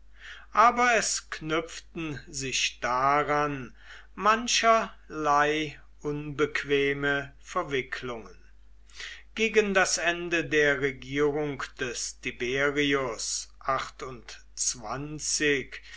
aber es knüpften sich daran mancherlei unbequeme verwicklungen gegen das ende der regierung des tiberius